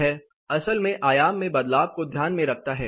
यह असल में आयाम में बदलाव को ध्यान में रखता है